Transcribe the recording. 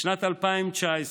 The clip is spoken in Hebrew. בשנת 2019,